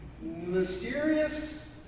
mysterious